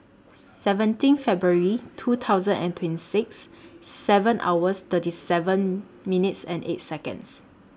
seventeen February two thousand and twenty six seven hours thirty seven minutes and eight Seconds